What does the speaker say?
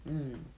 um